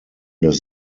das